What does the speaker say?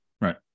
Right